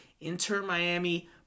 Inter-Miami